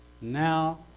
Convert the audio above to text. now